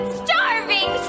starving